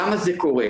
למה זה קורה?